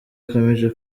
akomeje